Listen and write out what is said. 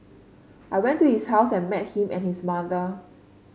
I went to his house and met him and his mother